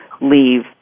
leave